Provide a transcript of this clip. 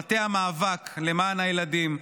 מטה המאבק למען הילדים,